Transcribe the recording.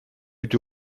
eût